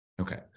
Okay